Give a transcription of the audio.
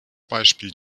beispiel